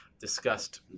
discussed